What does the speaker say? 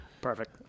Perfect